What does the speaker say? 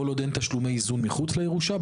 כל עוד אין תשלומי איזון מחוץ לירושה.